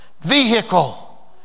vehicle